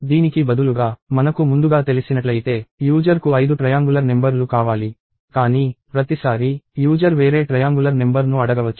దీనికి బదులుగా మనకు ముందుగా తెలిసినట్లయితే యూజర్ కు ఐదు ట్రయాంగులర్ నెంబర్ లు కావాలి కానీ ప్రతిసారీ యూజర్ వేరే ట్రయాంగులర్ నెంబర్ ను అడగవచ్చు